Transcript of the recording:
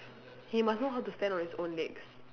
he must know how to stand on his own legs